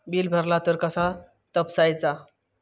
Bill भरला तर कसा तपसायचा?